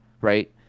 right